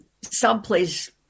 someplace